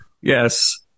Yes